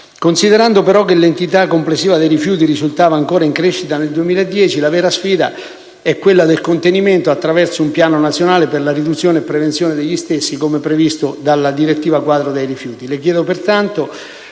Considerando, però, che l'entità complessiva dei rifiuti risultava ancora in crescita nel 2010, la vera sfida è quella del contenimento attraverso un piano nazionale per la riduzione e la prevenzione degli stessi, come previsto dalla direttiva quadro dei rifiuti.